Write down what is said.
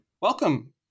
Welcome